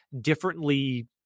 differently